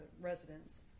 residents